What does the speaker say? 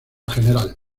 general